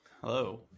Hello